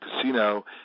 casino